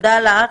תודה לך.